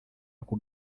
ako